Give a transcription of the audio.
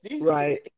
Right